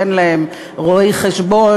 אין להם רואי חשבון,